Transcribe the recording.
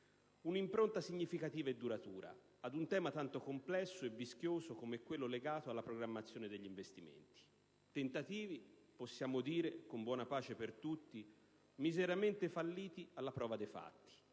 un'impronta significativa e duratura ad un tema tanto complesso e vischioso come quello legato alla programmazione degli investimenti. Si è trattato di tentativi - possiamo dirlo con buona pace per tutti - miseramente falliti alla prova dei fatti.